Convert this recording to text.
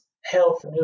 health